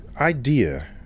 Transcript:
idea